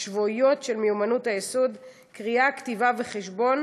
השבועיות של מיומנות היסוד, קריאה, כתיבה וחשבון,